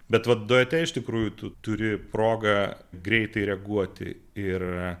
bet vat duete iš tikrųjų tu turi progą greitai reaguoti ir